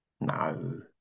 no